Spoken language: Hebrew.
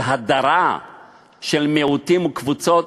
של הדרה של מיעוטים וקבוצות,